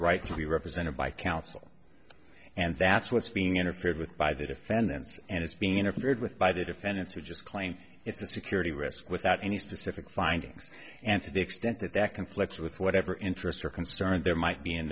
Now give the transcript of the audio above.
right to be represented by counsel and that's what's being interfered with by the defendants and it's being interfered with by the defendants who just claim it's a security risk without any specific findings and to the extent that that conflicts with whatever interest or concern there might be in